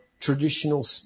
traditional